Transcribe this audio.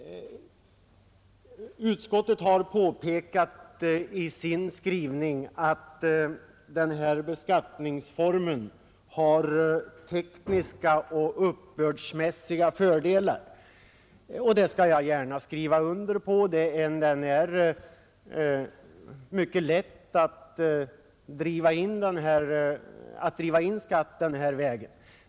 Utskottet har i sin skrivning påpekat att denna beskattningsform har tekniska och uppbördsmässiga fördelar, och det skall jag gärna skriva under på. Det är mycket lätt att driva in skatt den här vägen.